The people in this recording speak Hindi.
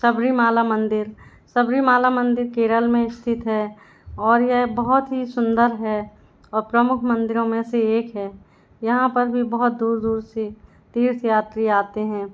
सबरीमाला मंदिर सबरीमाला मंदिर केरल में स्थित है और यह बहुत ही सुंदर है और प्रमुख मंदिरों में से एक है यहाँ पर भी बहुत दूर दूर से तीर्थयात्री आते हैं